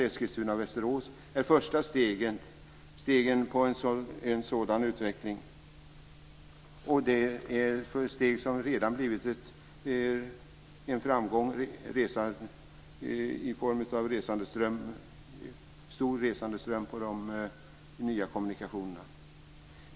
Eskilstuna och Västerås är de första stegen mot en sådan utveckling, och det är steg som redan har blivit en framgång i form av stor resandeström på de nya kommunikationerna.